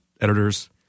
editors